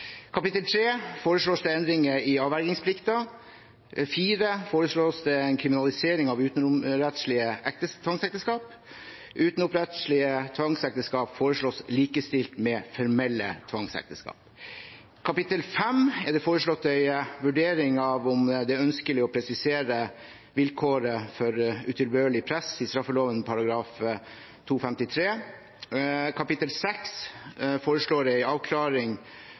kapittel 3 foreslås det endringer i avvergingsplikten. I kapittel 4 foreslås det en kriminalisering av utenomrettslige tvangsekteskap. Utenomrettslige tvangsekteskap foreslås likestilt med formelle tvangsekteskap. I kapittel 5 er det foreslått en vurdering av om det er ønskelig å presisere vilkåret om utilbørlig press i straffeloven § 253. I kapittel 6 foreslås det en avklaring